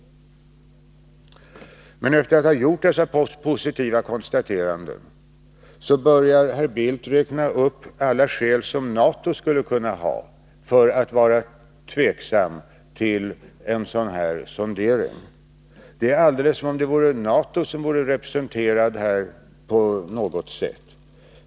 Men efter att ha gjort dessa positiva konstateranden börjar herr Bildt räkna upp alla skäl som NATO skulle kunna ha för att vara tveksam till en sådan här sondering. Det är alldeles som om det vore NATO som vore representerat här på något sätt.